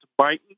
Biden